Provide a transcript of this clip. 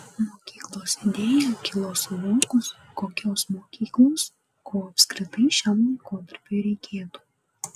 mokyklos idėja kilo suvokus kokios mokyklos ko apskritai šiam laikotarpiui reikėtų